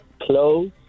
Close